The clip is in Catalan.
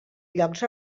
llocs